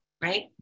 right